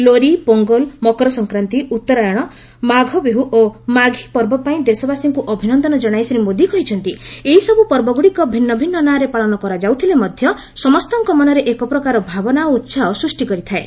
ଲୋରି ପୋଙ୍ଗଲ ମକରସଂକ୍ରାନ୍ତି ଉତ୍ତରାୟଣ ମାଘବିହୁ ଓ ମାଘି ପର୍ବ ପାଇଁ ଦେଶବାସୀଙ୍କୁ ଅଭିନନ୍ଦନ ଜଣାଇ ଶ୍ରୀ ମୋଦି କହିଛନ୍ତି ଏହିସବୁ ପର୍ବଗୁଡ଼ିକ ଭିନ୍ନଭିନ୍ନ ନାଁରେ ପାଳନ କରାଯାଉଥିଲେ ମଧ୍ୟ ସମସ୍ତଙ୍କ ମନରେ ଏକାପ୍ରକାର ଭାବନା ଓ ଉତ୍ସାହ ସୃଷ୍ଟି କରିଥାଏ